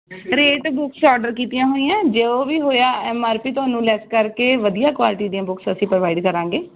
rate books order ਕੀਤੀਆਂ ਹੋਈਆਂ ਜੋ ਵੀ ਹੋਇਆ ਐਮ ਆਰ ਪੀ ਤੁਹਾਨੂੰ ਲੈਸ ਕਰਕੇ ਵਧੀਆ ਕੁਆਲਿਟੀ ਦੀਆਂ ਬੁਕਸ ਅਸੀਂ ਪ੍ਰੋਵਾਈਡ ਕਰਾਂਗੇ